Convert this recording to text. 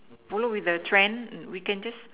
follow with the trend we can just